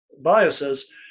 biases